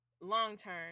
long-term